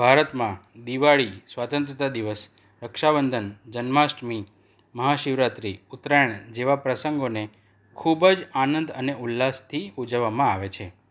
ભારતમાં દિવાળી સ્વતંત્રતા દિવસ રક્ષાબંધન જન્માષ્ટમી મહાશિવરાત્રી ઉત્તરાયણ જેવા પ્રસંગોને ખૂબ જ આનંદ અને ઉલ્લાસથી ઉજવવામાં આવે છે